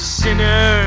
sinner